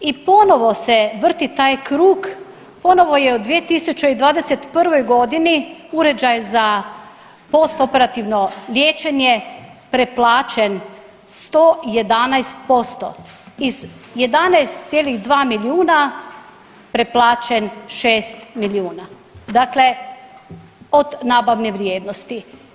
I ponovo se vrti taj krug, ponovo je u 2021. godini uređaj za postoperativno liječenje preplaćen 111% iz 11,2 milijuna preplaćen 6 milijuna dakle od nabavne vrijednosti.